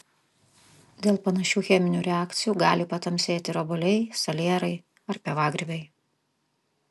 dėl panašių cheminių reakcijų gali patamsėti ir obuoliai salierai ar pievagrybiai